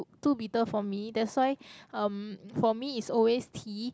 too bitter for me that's why um for me it's always tea